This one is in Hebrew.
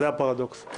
זה הפרדוקס.